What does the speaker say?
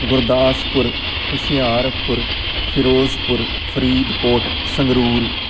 Gurdaspur Hoshiarpur Firozpur Faridkot Sangrur